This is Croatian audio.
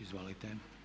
Izvolite.